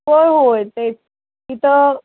होय होय ते तिथं